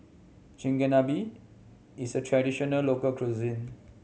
Chigenabe is a traditional local cuisine